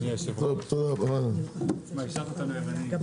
הישיבה ננעלה בשעה 13:57.